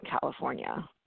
California